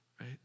right